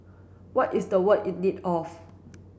what is the world in need of